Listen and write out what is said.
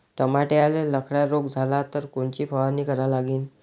टमाट्याले लखड्या रोग झाला तर कोनची फवारणी करा लागीन?